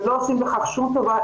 ולא עושים בכך שום טובה,